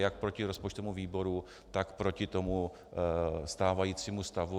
Jak proti rozpočtovému výboru, tak proti tomu stávajícímu stavu.